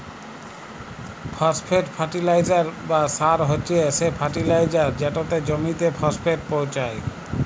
phosphate fertilizer বা সার হছে সে ফার্টিলাইজার যেটতে জমিতে ফসফেট পোঁছায়